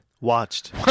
Watched